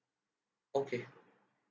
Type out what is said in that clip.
okay